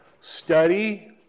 Study